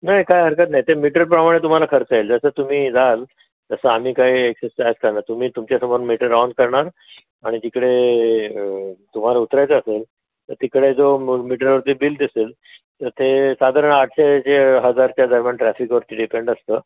नाही काय हरकत नाही ते मीटरप्रमाणे तुम्हाला खर्च येईल जसं तुम्ही जाल तसं आम्ही काही एक्सेस चार्ज करणार तुमच्यासमोर मीटर ऑन करणार आणि तिकडे तुम्हाला उतरायचं असेल तर तिकडे जो म मीटरवरती बिल दिसेल तर ते साधारण आठशे ते हजारच्या दरम्यान ट्रॅफिकवरती डिपेंड असतं